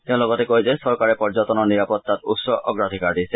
তেওঁ লগতে কয় যে চৰকাৰে পৰ্যটনৰ নিৰাপত্তাৰ ওপৰত উচ্চ অগ্ৰাধিকাৰ দিছে